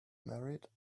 married